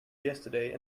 yesterday